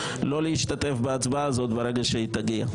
לא להשתתף בהצבעה הזאת ברגע שהיא תגיע.